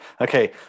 Okay